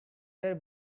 were